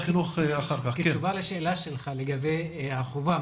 בתשובה לשאלה שלך לגבי החובה,